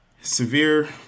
severe